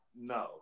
no